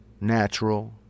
natural